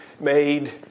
made